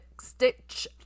stitch